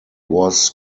was